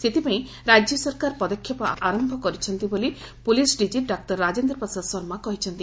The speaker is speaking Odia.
ସେଥିପାଇଁ ରାଜ୍ୟ ସରକାର ପଦକ୍ଷେପ ଆରି ବୋଲି police DG doctor Rajendra Prasad Sharma କହିଛନ୍ତି